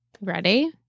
Ready